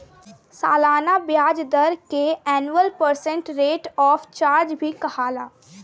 सलाना ब्याज दर के annual percent rate of charge भी कहाला